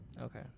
Okay